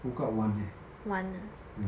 woke up one leh mm